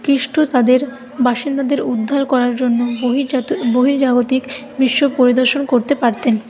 খ্রিস্ট তাদের বাসিন্দাদের উদ্ধার করার জন্য বহির্জাত বহির্জাগতিক বিশ্ব পরিদর্শন করতে পারতেন